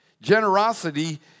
Generosity